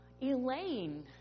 Elaine